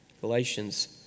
Galatians